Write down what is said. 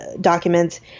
documents